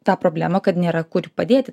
tą problemą kad nėra kur jų padėti